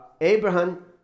Abraham